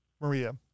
Maria